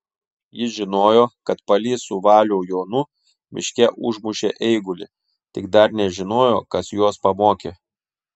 jis žinojo kad palys su valių jonu miške užmušė eigulį tik dar nežinojo kas juos pamokė